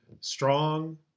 strong